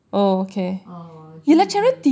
ah G O V